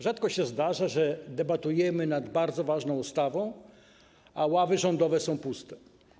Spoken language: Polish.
Rzadko się zdarza, że debatujemy nad bardzo ważną ustawą, a ławy rządowe są puste.